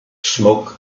smoke